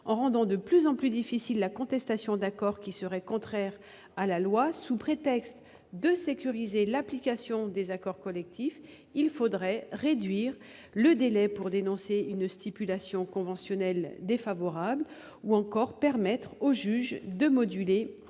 en rendant de plus en plus difficile la contestation d'accords qui seraient contraires à la loi. Sous prétexte de sécuriser l'application des accords collectifs, il faudrait réduire le délai pour dénoncer une disposition conventionnelle défavorable ou encore permettre au juge de moduler dans